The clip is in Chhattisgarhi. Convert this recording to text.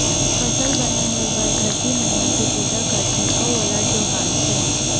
फसल बने होए बर धरती मईया के पूजा करथे अउ ओला जोहारथे